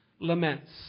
laments